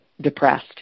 depressed